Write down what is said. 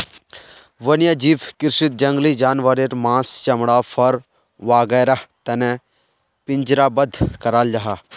वन्यजीव कृषीत जंगली जानवारेर माँस, चमड़ा, फर वागैरहर तने पिंजरबद्ध कराल जाहा